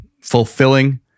fulfilling